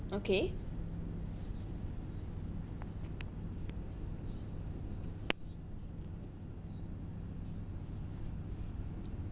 okay